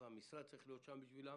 המשרד צריך להיות שם בשבילם,